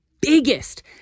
biggest